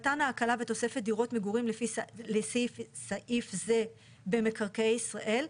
מתן ההקלה בתוספת דירות לפי סעיף זה במקרקעי ישראל,